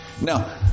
Now